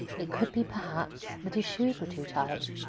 it could be, perhaps, that his shoes were too tight.